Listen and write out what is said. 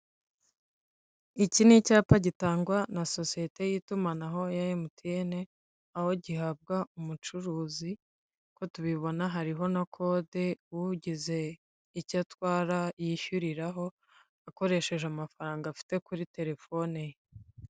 Iki ni icyapa gitangwa na sosiyete y'itumanaho ya MTN, aho gihabwa umucuruzi uko tubibona hariho na kode ugize icyo atwara yishyuriraho akoresheje amafaranga afite kuri telefone ye.